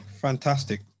Fantastic